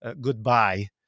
goodbye